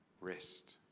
rest